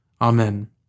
Amen